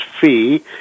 FEE